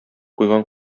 куйган